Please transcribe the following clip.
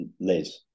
Liz